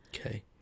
Okay